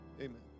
Amen